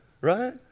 right